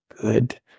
Good